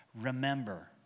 Remember